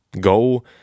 go